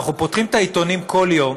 אבל אנחנו פותחים את העיתונים כל יום,